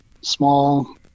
small